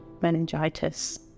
meningitis